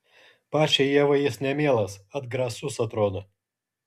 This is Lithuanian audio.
pačiai ievai jis nemielas atgrasus atrodo